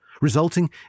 resulting